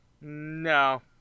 No